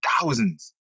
thousands